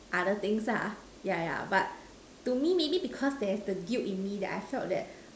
other things ah yeah yeah but to me maybe because there's the guilt in me that I felt that